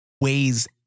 ways